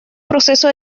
proceso